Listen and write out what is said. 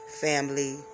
family